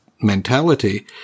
mentality